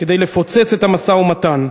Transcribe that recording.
כדי לפוצץ את המשא-ומתן.